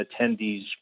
attendees